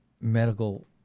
medical